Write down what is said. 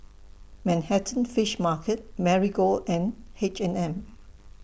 Manhattan Fish Market Marigold and H and M